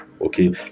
Okay